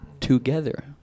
together